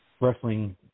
wrestling